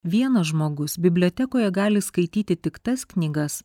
vienas žmogus bibliotekoje gali skaityti tik tas knygas